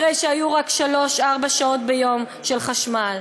אחרי שהיו רק שלוש-ארבע שעות ביום של חשמל.